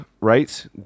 right